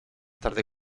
tarde